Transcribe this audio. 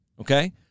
Okay